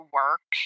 work